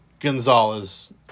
Gonzalez